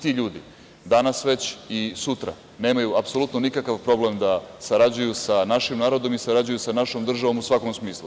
Ti ljudi danas već i sutra nemaju apsolutno nikakav problem da sarađuju sa našim narodom i sarađuju sa našom državom u svakom smislu.